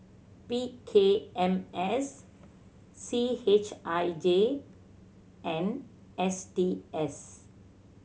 P K M S C H I J and S T S